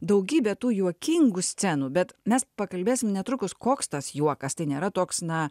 daugybė tų juokingų scenų bet mes pakalbėsim netrukus koks tas juokas tai nėra toks na